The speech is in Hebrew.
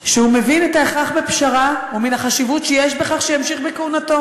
שהוא מבין את ההכרח בפשרה ואת החשיבות שיש בכך שימשיך בכהונתו.